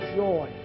joy